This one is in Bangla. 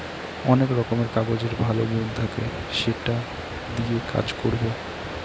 অনেক রকমের কাগজের ভালো গুন থাকে সেটা দিয়ে কাজ করবো